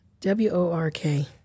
W-O-R-K